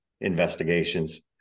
investigations